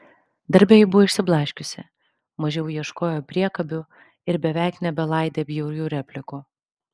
darbe ji buvo išsiblaškiusi mažiau ieškojo priekabių ir beveik nebelaidė bjaurių replikų